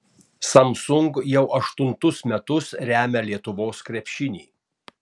samsung jau aštuntus metus remia lietuvos krepšinį